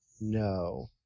No